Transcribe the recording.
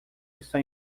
está